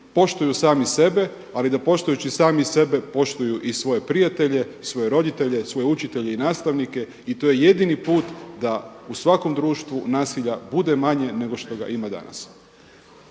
poštuju sami sebe, ali da poštujući sami sebe poštuju i svoje prijatelje, svoje roditelje, svoje učitelje i nastavnike i to je jedini put da u svakom društvu nasilja bude manje nego što ga ima danas.